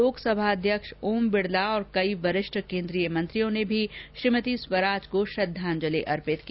लोकसभा अध्यक्ष ओम बिरला और कई वरिष्ठ केन्द्रीय मंत्रियों ने भी श्रीमती स्वराज को श्रद्दांजलि अर्पित की